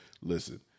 listen